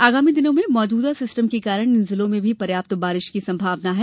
आगामी दिनों में मौजूदा सिस्टम के कारण इन जिलों में भी पर्याप्त बारिश की संभावना है